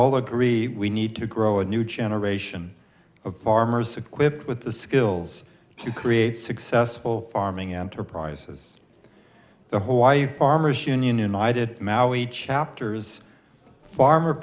all agree we need to grow a new generation of farmers equipped with the skills to create successful farming enterprises the whole y farmers union united maui chapters farmer